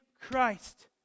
Christ